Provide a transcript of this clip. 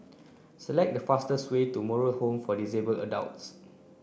select the fastest way to Moral Home for Disabled Adults